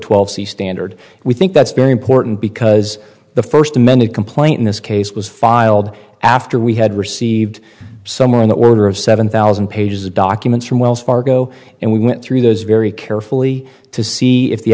twelve c standard we think that's very important because the first amended complaint in this case was filed after we had received somewhere in the order of seven thousand pages of documents from wells fargo and we went through those very carefully to see if the